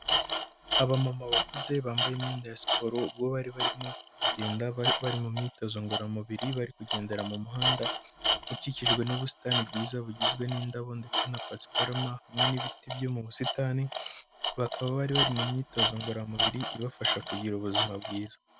Abamama bakuze bambaye imyenda ya siporo ubwo bari barimo kugenda bari mu myitozo ngororamubiri bari kugendera mu muhanda ukikijwe n'ubusitani bwiza bugizwe n'indabo ndetse na pasiparama hamwe n'ibiti byo mu busitani bakaba bari bari mu myitozo ngororamubiri ibafasha kugira ubuzima bwiza.